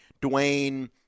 Dwayne